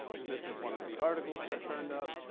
and this is one of the articles that turned up.